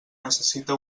necessita